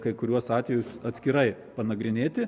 kai kuriuos atvejus atskirai panagrinėti